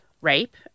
rape